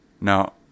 Now